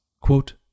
Quote